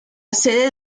sede